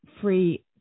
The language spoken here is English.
Free